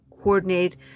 coordinate